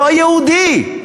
לא יהודי.